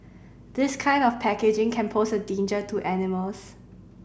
this kind of packaging can pose a danger to animals